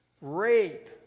rape